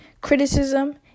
criticism